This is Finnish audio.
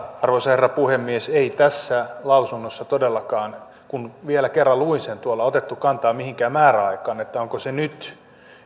arvoisa herra puhemies ei tässä lausunnossa todellakaan kun vielä kerran luin sen tuolla otettu kantaa mihinkään määräaikaan että onko se nyt